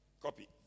Copy